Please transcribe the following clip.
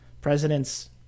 President's